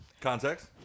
Context